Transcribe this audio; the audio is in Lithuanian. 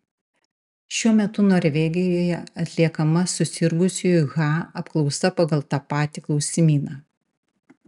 šiuo metu norvegijoje atliekama susirgusiųjų ha apklausa pagal tą patį klausimyną